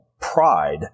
pride